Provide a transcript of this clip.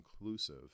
inclusive